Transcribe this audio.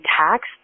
taxed